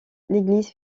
l’église